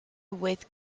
with